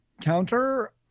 counter